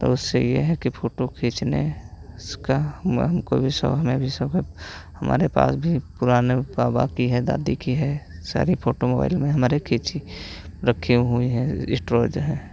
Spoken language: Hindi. तो उससे यह है कि फ़ोटो खींचने उसका हमको भी शौक हमें भी शौक है हमारे पास भी पुराने बाबा की है दादी की है सारी फ़ोटो मोबाइल में हमारी खींची मतलब रखी हुई हैं स्टोर हैं